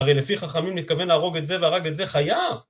הרי לפי חכמים נתכוון להרוג את זה, והרג את זה- חייב.